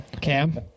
Cam